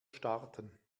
starten